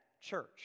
church